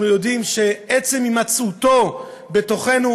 אנחנו יודעים שעצם הימצאותו בתוכנו,